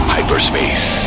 Hyperspace